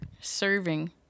serving